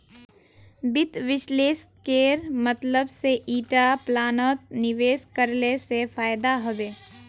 वित्त विश्लेषकेर मतलब से ईटा प्लानत निवेश करले से फायदा हबे